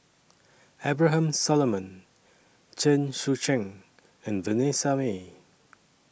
Abraham Solomon Chen Sucheng and Vanessa Mae